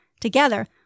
Together